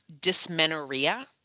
dysmenorrhea